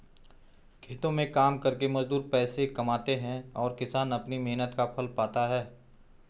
खेतों में काम करके मजदूर पैसे कमाते हैं और किसान अपनी मेहनत का फल पाता है